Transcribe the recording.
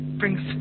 brings